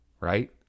right